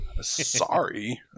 Sorry